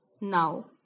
Now